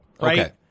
right